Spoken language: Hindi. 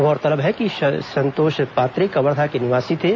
गौरतलब है कि संतोष पात्रे कवर्धा के निवासी थे